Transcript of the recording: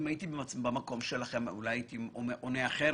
אם הייתי במקום שלכם אולי הייתי עונה אחרת,